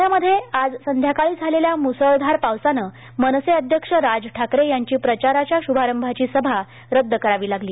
पुण्यामध्ये आज संध्याकाळी झालेल्या मुसळधार पावसाने मनसे अध्यक्ष राज ठाकरे यांची प्रचाराच्या श्भारंभाची सभा रद्द करावी लागली